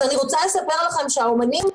אז אני רוצה לספר לכם שהאומנים --- בעבר,